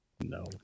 No